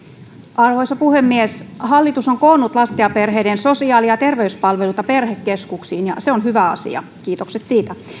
arvoisa puhemies hallitus on koonnut lasten ja perheiden sosiaali ja terveyspalveluita perhekeskuksiin ja se on hyvä asia kiitokset siitä